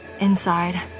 Inside